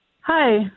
Hi